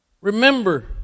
Remember